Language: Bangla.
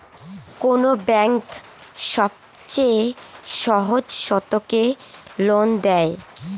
কোন ব্যাংক সবচেয়ে সহজ শর্তে লোন দেয়?